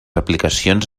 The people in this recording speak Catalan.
aplicacions